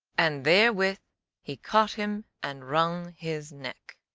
and therewith he caught him and wrung his neck.